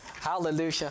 Hallelujah